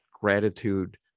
gratitude